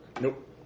Nope